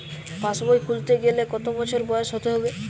পাশবই খুলতে গেলে কত বছর বয়স হতে হবে?